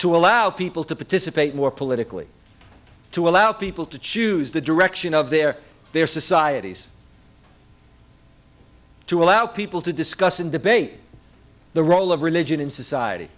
to allow people to participate more politically to allow people to choose the direction of their their societies to allow people to discuss and debate the role of religion in society